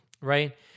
right